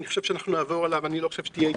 ואני לא חושב שתהיה התנגדות.